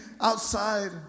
outside